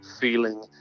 feeling